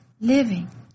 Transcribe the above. living